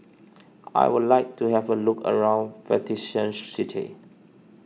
I would like to have a look around Vatican City